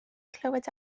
clywed